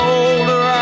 older